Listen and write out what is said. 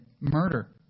murder